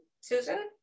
susan